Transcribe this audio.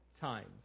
times